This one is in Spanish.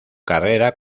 carrera